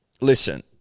listen